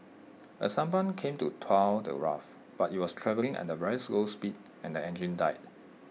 A sampan came to tow the raft but IT was travelling at A very slow speed and engine died